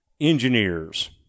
engineers